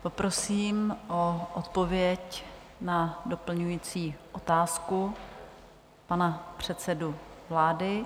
Poprosím o odpověď na doplňující otázku pana předsedu vlády.